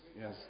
Yes